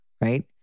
right